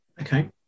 okay